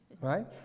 Right